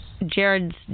Jared's